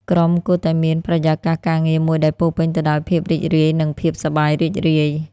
ក្រុមគួរតែមានបរិយាកាសការងារមួយដែលពោរពេញទៅដោយភាពរីករាយនិងភាពសប្បាយរីករាយ។